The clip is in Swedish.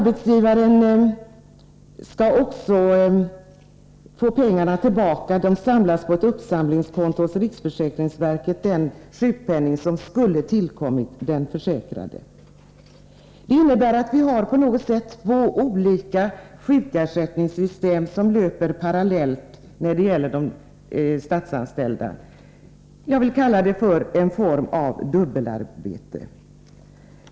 Den sjukpenning som skulle ha tillkommit den försäkrade samlas på ett uppsamlingskonto hos riksförsäkringsverket. Detta innebär att vi på sätt och vis har två olika sjukersättningssystem som löper parallellt när det gäller de statsanställda. Jag vill kalla det för en form av dubbelarbete.